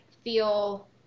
feel